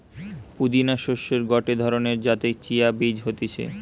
পুদিনা শস্যের গটে ধরণকার যাতে চিয়া বীজ হতিছে